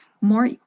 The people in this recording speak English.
more